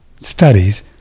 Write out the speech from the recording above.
studies